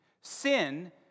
Sin